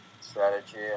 strategy